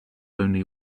only